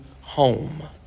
home